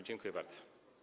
Dziękuję bardzo.